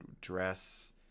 dress